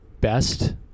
best